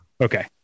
okay